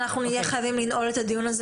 אנחנו לקראת סיום הדיון.